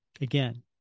again